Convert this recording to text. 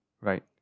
right